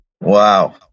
Wow